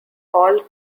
all